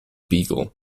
beagle